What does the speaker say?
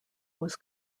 was